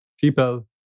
people